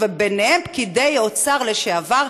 וביניהם פקידי אוצר לשעבר,